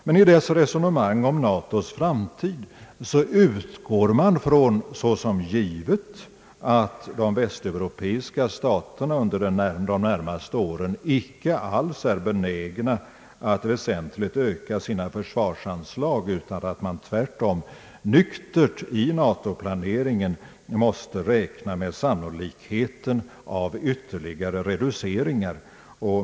Men i resonemanget om NATO:s framtid utgår man från som givet att de västeuropeiska staterna under de närmaste åren icke alls är benägna att väsentligt öka sina försvarsanslag, utan att man tvärtom nyktert i NATO planeringen måste räkna med sannolikheten av ytterligare reduceringar.